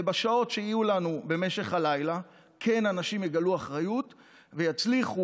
ובשעות שיהיו לנו במשך הלילה כן אנשים יגלו אחריות ויצליחו,